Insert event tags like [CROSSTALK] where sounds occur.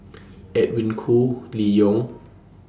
[NOISE] Edwin Koo Lee Yong